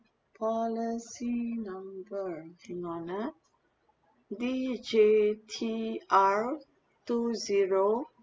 policy number hang on ah D J T R two zero